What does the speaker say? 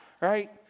right